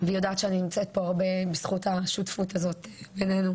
והיא יודעת שאני נמצאת פה הרבה בזכות השותפות הזאת בינינו,